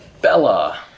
Bella